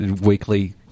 weekly